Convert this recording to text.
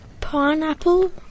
Pineapple